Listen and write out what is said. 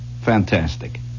fantastic